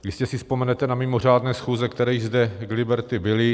Jistě si vzpomenete na mimořádné schůze, které již zde k Liberty byly.